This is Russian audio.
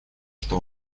что